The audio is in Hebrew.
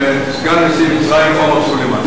עם סגן נשיא מצרים עומר סולימאן.